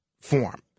form